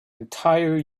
entire